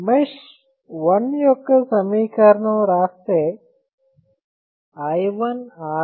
mesh 1 యొక్క సమీకరణం రాస్తే i1 R11